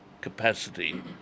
capacity